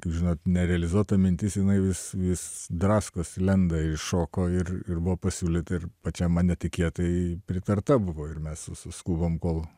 jūs žinot nerealizuota mintis jinai vis vis draskosi lenda iššoko ir buvo pasiūlyta ir pačiam netikėtai pritarta buvo ir mes sususkubome kol